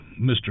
Mr